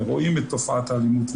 ורואים את תופעת האלימות,